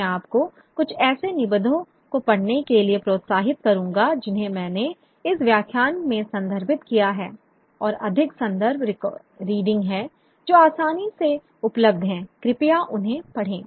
मैं आपको कुछ ऐसे निबंधों को पढ़ने के लिए प्रोत्साहित करूँगा जिन्हें मैंने इस व्याख्यान में संदर्भित किया है और अधिक संदर्भ रीडिंग हैं जो आसानी से उपलब्ध हैं कृपया उन्हें पढ़ें